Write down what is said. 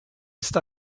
ist